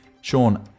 Sean